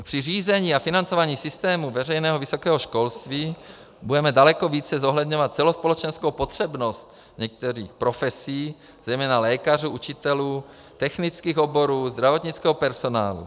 Při řízení a financování systému veřejného vysokého školství budeme daleko více zohledňovat celospolečenskou potřebnost některých profesí, zejména lékařů, učitelů, technických oborů, zdravotnického personálu.